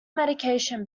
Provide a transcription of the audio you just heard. medication